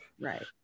Right